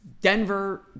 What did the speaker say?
Denver